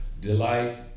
Delight